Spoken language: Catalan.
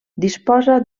disposa